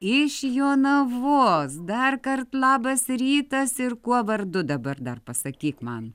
iš jonavos darkart labas rytas ir kuo vardu dabar dar pasakyk man